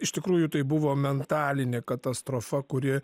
iš tikrųjų tai buvo mentalinė katastrofa kuri